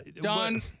Done